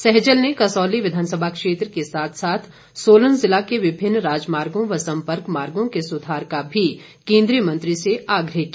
सहजल ने कसौली विधानसभा क्षेत्र के साथ साथ सोलन जिला के विभिन्न राजमार्गों व संपर्क मार्गों के सुधार का भी केंद्रीय मंत्री से आग्रह किया